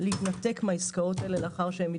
להתנתק מהעסקאות האלה לאחר שהן מתבצעות.